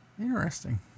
Interesting